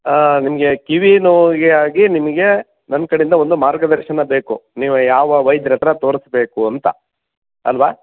ನಿಮಗೆ ಕಿವಿ ನೋವಿಗೆ ಆಗಿ ನಿಮಗೆ ನನ್ನ ಕಡೆಯಿಂದ ಒಂದು ಮಾರ್ಗದರ್ಶನ ಬೇಕು ನೀವು ಯಾವ ವೈದ್ಯರ ಹತ್ರ ತೋರಿಸಬೇಕು ಅಂತ ಅಲ್ವಾ